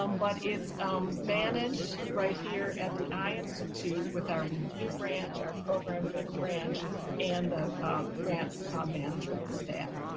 um but it's managed right here at the eye institute with our review branch our program but branch and the grants management staff.